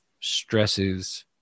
stresses